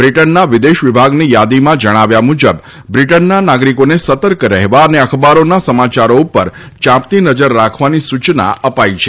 બ્રિટનના વિદેશ વિભાગની યાદીમાં જણાવ્યા મુજબ બ્રિટનના નાગરિકોને સતર્ક રહેવા અને અખબારોના સમાચારો ઉપર યાંપતી નજર રાખવાની સૂચના આપી છે